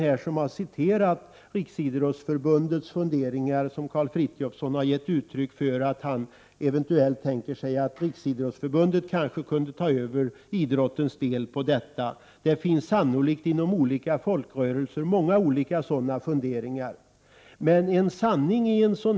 Någon här har citerat Riksidrottsförbundets funderingar som Karl Frithiofson gett uttryck för. Han tänker sig att Riksidrottsförbundet eventuellt kunde ta över idrottens andel av detta. Inom olika folkrörelser finns sannolikt många olika funderingar kring detta.